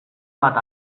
bat